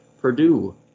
Purdue